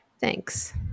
Thanks